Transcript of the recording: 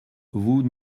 vous